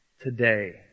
Today